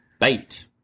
bait